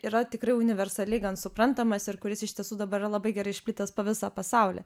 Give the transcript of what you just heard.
yra tikrai universaliai gan suprantamas ir kuris iš tiesų dabar yra labai gerai išplitęs po visą pasaulį